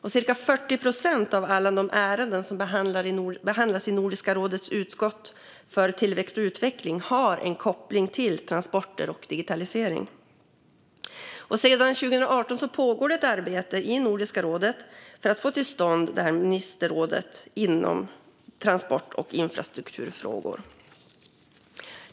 Cirka 40 procent av alla de ärenden som behandlas i Nordiska rådets utskott för tillväxt och utveckling har en koppling till transporter och digitalisering. Sedan 2018 pågår ett arbete i Nordiska rådet för att få till stånd detta ministerråd inom transport och infrastrukturfrågor.